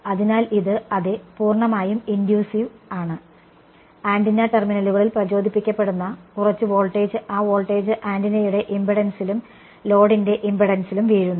അതിനാൽ ഇത് അതേ പൂർണ്ണമായും ഇൻഡ്യൂറ്റീവ് ആണ് ആന്റിന ടെർമിനലുകളിൽ പ്രചോദിപ്പിക്കപ്പെടുന്ന കുറച്ച് വോൾടേജ് ആ വോൾട്ടേജ് ആന്റിനയുടെ ഇംപെഡൻസിലും ലോഡിന്റെ ഇംപെഡൻസിലും വീഴുന്നു